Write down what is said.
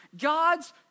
God's